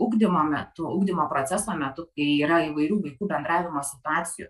ugdymo metu ugdymo proceso metu tai yra įvairių vaikų bendravimo situacijų